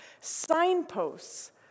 signposts